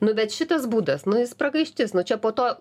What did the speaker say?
nu bet šitas būdas nu jis pragaištis nu čia po to